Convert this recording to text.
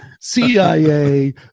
CIA